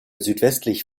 südwestlich